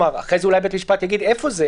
כלומר, אחרי זה אולי בית משפט יגיד: איפה זה?